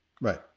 Right